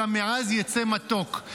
אלא מעז יצא מתוק.